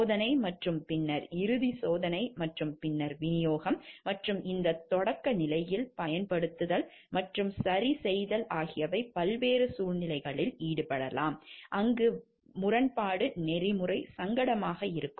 சோதனை மற்றும் பின்னர் இறுதி சோதனை மற்றும் பின்னர் விநியோகம் மற்றும் இந்த தொடக்க நிலைகளில் பயன்படுத்துதல் மற்றும் சரிசெய்தல் ஆகியவை பல்வேறு சூழ்நிலைகளில் ஈடுபடலாம் அங்கு வட்டி முரண்பாடு நெறிமுறை சங்கடமாக இருக்கும்